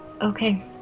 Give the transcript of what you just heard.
Okay